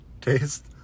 taste